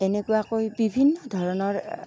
তেনেকুৱাকৈ বিভিন্ন ধৰণৰ